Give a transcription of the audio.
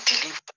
deliver